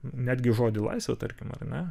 netgi žodį laisvė tarkim ar ne